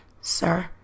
sir